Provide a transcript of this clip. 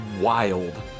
wild